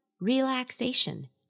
relaxation